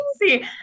crazy